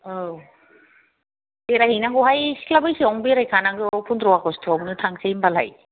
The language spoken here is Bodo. औ बेरायहैनांगौहाय सिख्ला बैसोआवनो बेरायखानांगौ फनद्र' आगष्ट'आवनो थांसै होनबालाय